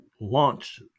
launch